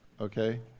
okay